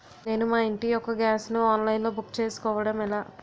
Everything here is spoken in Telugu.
నేను మా ఇంటి యెక్క గ్యాస్ ను ఆన్లైన్ లో బుక్ చేసుకోవడం ఎలా?